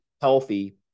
healthy